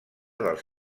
dels